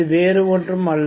இது வேறு ஒன்றும் அல்ல